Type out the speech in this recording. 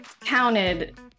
counted